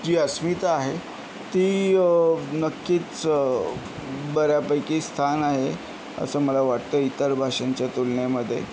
जी अस्मिता आहे ती नक्कीच बऱ्यापैकी स्थान आहे असं मला वाटतं इतर भाषेंच्या तुलनेमध्ये